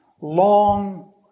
long